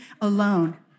alone